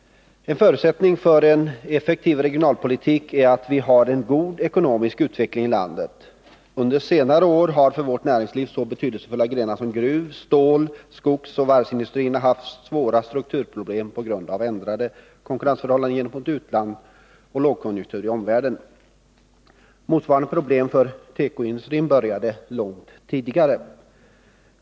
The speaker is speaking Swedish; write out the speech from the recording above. En förutsättning för en effektiv regionalpolitik är att vi har en god ekonomisk utveckling i landet. Under senare år har för vårt näringsliv så betydelsefulla grenar som gruv-, stål-, skogsoch varvsindustrierna haft svåra strukturproblem på grund av ändrade konkurrensförhållanden gentemot utlandet och lågkonjunktur i omvärlden. Motsvarande problem för tekoindustrin började långt tidigare.